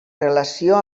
relació